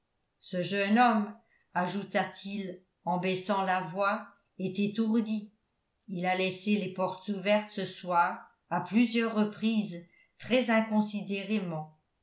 ce jeune homme ajouta-t-il en baissant la voix est étourdi il a laissé les portes ouvertes ce soir à plusieurs reprises très inconsidérément